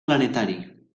planetari